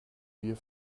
wir